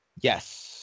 Yes